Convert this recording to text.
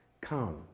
come